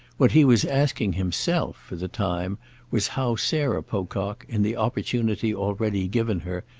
what he was asking himself for the time was how sarah pocock, in the opportunity already given her,